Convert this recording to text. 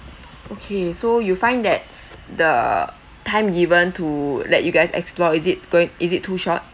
okay so you find that the time given to let you guys explore is it going is it too short